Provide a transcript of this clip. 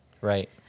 Right